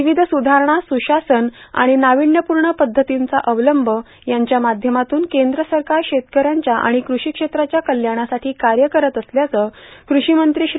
विविध सुधारणा सुशासन आणि नाविण्यपूर्ण पध्दतींचा अवलंब यांच्या माध्यमातून केंद्र सरकार शेतकऱ्यांच्या आणि कृषी क्षेत्राच्या कल्याणासाठी कार्य करीत असल्याचं कृषीमंत्री श्री